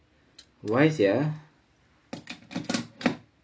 why sia